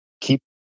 keep